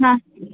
हँ